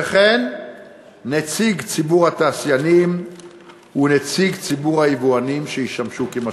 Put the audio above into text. וכן נציג ציבור התעשיינים ונציג ציבור היבואנים שישמשו כמשקיפים.